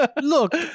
Look